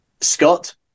Scott